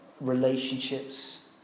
relationships